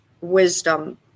wisdom